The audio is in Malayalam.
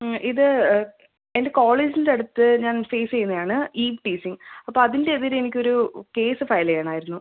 മ്മ് ഇത് എൻ്റെ കോളേജിൻ്റെ അടുത്ത് ഞാൻ ഫേസ് ചെയ്യുന്നതാണ് ഈവ് ടീസിംഗ് അപ്പോൾ അതിൻ്റെ എതിരെ എനിക്ക് ഒരു കേസ് ഫയൽ ചെയ്യണമായിരുന്നു